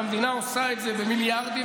והמדינה עושה את זה במיליארדים,